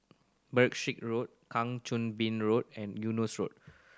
Berkshire Road Kang Choo Bin Road and Eunos Road